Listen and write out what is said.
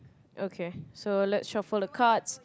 okay so let's shuffle the cards